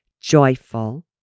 joyful